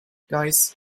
guys